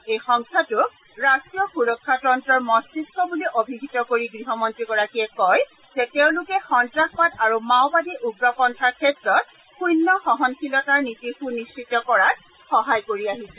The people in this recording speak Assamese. এই সংস্থাটোক ৰাষ্ট্ৰীয় সুৰক্ষাতন্ত্ৰৰ মস্তিষ্ক বুলি অভিহিত কৰি গৃহমন্ত্ৰীয়ে কয় যে তেওঁলোকে সন্তাসবাদ আৰু মাওবাদী উগ্ৰপন্থাৰ ক্ষেত্ৰত শূণ্য সহনশীলতাৰ নীতি সুনিশ্চিত কৰাত সহায় কৰি আহিছে